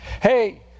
hey